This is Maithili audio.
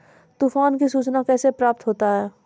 तुफान की सुचना कैसे प्राप्त होता हैं?